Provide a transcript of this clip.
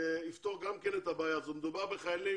יפתור גם את הבעיה הזאת, מדובר בחיילים